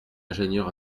ingénieur